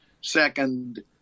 second